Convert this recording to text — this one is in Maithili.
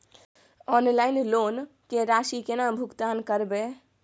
ऑनलाइन लोन के राशि केना भुगतान करबे?